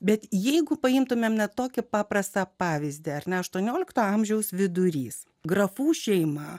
bet jeigu paimtumėme tokį paprastą pavyzdį ar ne aštuoniolikto amžiaus vidurys grafų šeima